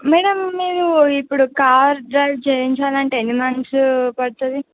madam మీరు ఇప్పుడు car drive చేయించాలంటే ఎన్ని మంత్స్ పడుతుంది